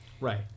Right